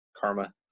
karma